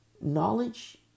knowledge